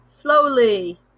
slowly